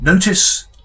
Notice